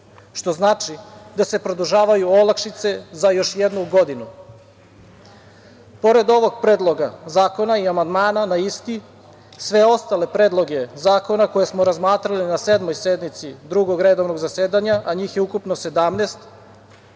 Što znači da se produžavaju olakšice za još jednu godinu. Pored ovog predloga zakona i amandmana na isti, sve ostale predloge zakona koje smo razmatrali na 7. sednici Drugog redovnog zasedanja, a njih je ukupno 17,